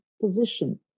position